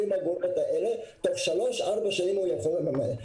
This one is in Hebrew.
אגורות האלה ותוך שלוש-ארבע שנים הוא יכול לממן.